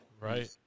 Right